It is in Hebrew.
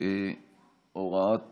(הוראת שעה)